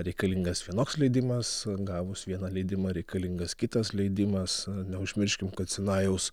reikalingas vienoks leidimas gavus vieną leidimą reikalingas kitas leidimas neužmirškim kad sinajaus